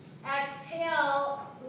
exhale